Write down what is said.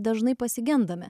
dažnai pasigendame